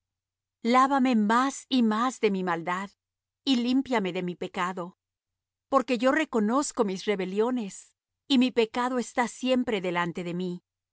lávame más y más de mi maldad y límpiame de mi pecado porque yo reconozco mis rebeliones y mi pecado está siempre delante de mí